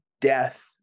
death